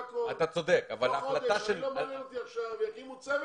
לא מעניין אותי עכשיו אם יקימו צוות.